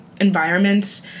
environments